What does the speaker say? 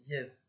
Yes